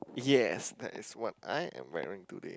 yes that is what I am wearing today